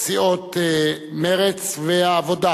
סיעות מרצ והעבודה,